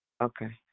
Okay